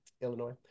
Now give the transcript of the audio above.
Illinois